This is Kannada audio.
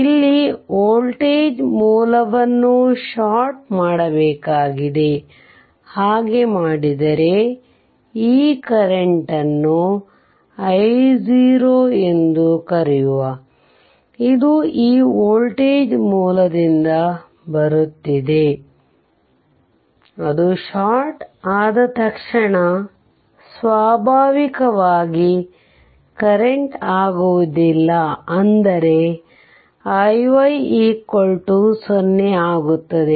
ಇಲ್ಲಿ ವೋಲ್ಟೇಜ್ ಮೂಲವನ್ನು ಷಾರ್ಟ್ ಮಾಡಬೇಕಾಗಿದೆ ಹಾಗೆ ಮಾಡಿದರೆ ಈ ಕರೆಂಟ್ ನ್ನು i0 ಎಂದು ಕರೆಯುವ ಇದು ಈ ವೋಲ್ಟೇಜ್ ಮೂಲದಿಂದ ಬರುತ್ತಿದೆ ಅದು ಷಾರ್ಟ್ ಆದ ತಕ್ಷಣ ಸ್ವಾಭಾವಿಕವಾಗಿ ಕರೆಂಟ್ ಆಗುವುದಿಲ್ಲ ಅಂದರೆ iy0 ಆಗುತ್ತದೆ